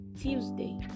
Tuesday